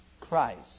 Christ